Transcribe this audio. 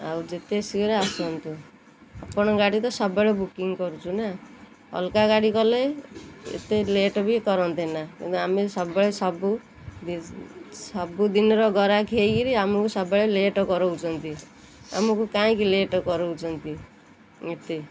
ଆଉ ଯେତେ ଶୀଘ୍ର ଆସନ୍ତୁ ଆପଣ ଗାଡ଼ି ତ ସବୁବେଳେ ବୁକିଂ କରୁଛୁ ନା ଅଲଗା ଗାଡ଼ି କଲେ ଏତେ ଲେଟ୍ ବି କରନ୍ତେନା କିନ୍ତୁ ଆମେ ସବୁବେଳେ ସବୁ ସବୁଦିନର ଗରାଖ୍ ଖେକିରି ଆମକୁ ସବୁବେଳେ ଲେଟ୍ କରୁଛନ୍ତି ଆମକୁ କାହିଁକି ଲେଟ୍ କରୁଛନ୍ତି ଏତେ